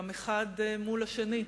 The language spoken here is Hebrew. גם אחד מול השני.